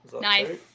Nice